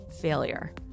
Failure